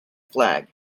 flag